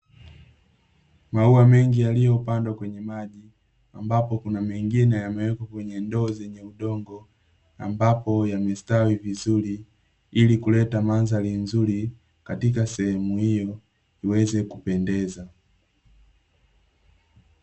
Maua mengi yaliyopandwa kwenye maji ambapo kuna mengine yamewekwa kwenye ndoo zenye udongo ambapo yamestawi vizuri ili kuleta mandhari nzuri katika sehemu hiyo iweze kupendeza.